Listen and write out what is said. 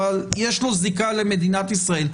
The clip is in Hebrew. אבל יש לו זיקה למדינת ישראל,